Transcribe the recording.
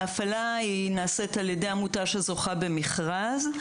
ההפעלה נעשית על ידי עמותה שזוכה במכרז,